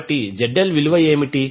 కాబట్టి ZL విలువ ఏమిటి